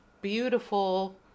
beautiful